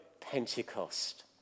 Pentecost